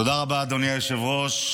תודה רבה, אדוני היושב-ראש.